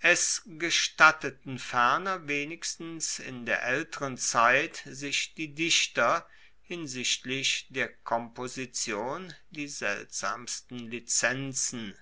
es gestatteten ferner wenigstens in der aelteren zeit sich die dichter hinsichtlich der komposition die seltsamsten lizenzen